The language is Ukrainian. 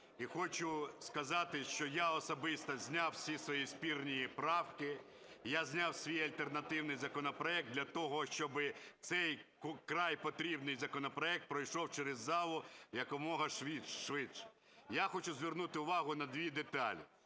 хочу сказати, що я особисто зняв свої спірні правки, я зняв свій альтернативний законопроект для того, щоб цей вкрай потрібний законопроект пройшов через залу якомога швидше. Я хочу звернути увагу на дві деталі.